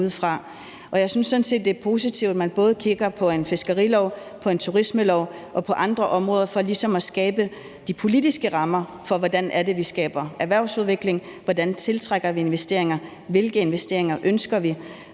set, det er positivt, at man både kigger på en fiskerilov, på en turismelov og på andre områder for ligesom at skabe de politiske rammer for, hvordan vi skaber erhvervsudvikling, hvordan vi tiltrækker investeringer, og hvilke investeringer vi ønsker.